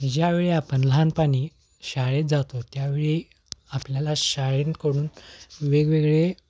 ज्यावेळी आपण लहानपणी शाळेत जातो त्यावेळी आपल्याला शाळेकडून वेगवेगळे